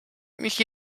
mich